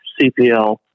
CPL